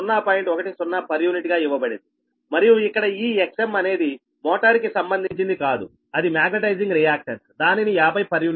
గా ఇవ్వబడింది మరియు ఇక్కడ ఈ Xm అనేది మోటార్ కి సంబంధించింది కాదు అది మాగ్నెటైజింగ్ రియాక్టన్స్ దానిని 50 p